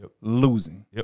Losing